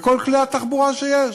וכל כלי התחבורה שיש.